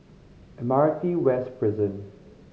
Admiralty West Prison